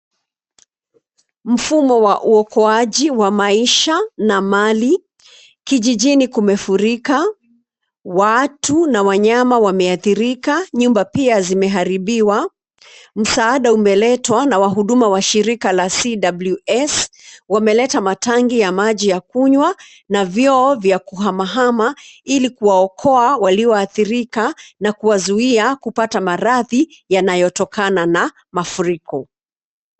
Mfumo wa uokoaji wa maisha na mali. Kijijini kumefurika, watu na wanyama wameathirika, nyumba pia zimeharibiwa. Msaada umeletwa na wahuduma wa shirika la CWS, wameleta matangi ya maji ya kunywa na vyoo vya kuhamahama ili kuwaokoa waliothirika na kuwazuia kupata maradhi yanayotokana na mafuriko.